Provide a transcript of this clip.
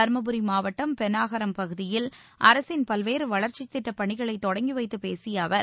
தர்மபுரி மாவட்டம் பென்னாகரம் பகுதியில் அரசின் பல்வேறு வளர்ச்சி திட்டப்பணிகளை தொடங்கி வைத்துப் பேசிய அவர்